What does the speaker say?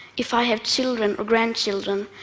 if i have children or grandchildren,